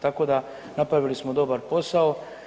Tako da napravili smo dobar posao.